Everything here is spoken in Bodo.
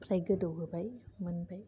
ओमफ्राइ गोदौहोबाय मोनबाय